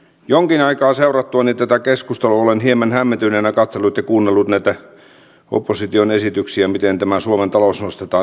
jonkin aikaa seurattuani tätä keskustelua olen hieman hämmentyneenä katsellut ja kuunnellut näitä opposition esityksiä miten tämä suomen talous nostetaan seisaalleen